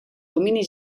domini